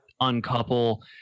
uncouple